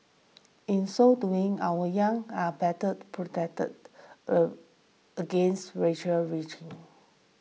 in so doing our young are better protected against radical reaching